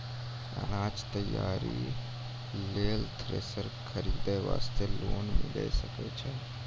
अनाज तैयारी लेल थ्रेसर खरीदे वास्ते लोन मिले सकय छै?